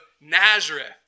Nazareth